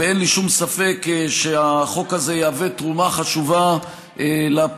ואין לי שום ספק שהחוק הזה יהווה תרומה חשובה לפריחה